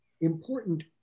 important